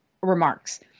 remarks